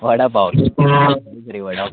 वडापाव अजून तरी वडा